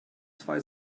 zwei